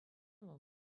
вӑл